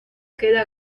queda